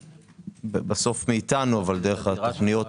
בסוף מאתנו אבל דרך התוכניות